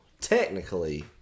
technically